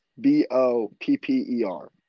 B-O-P-P-E-R